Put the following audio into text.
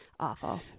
Awful